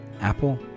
Apple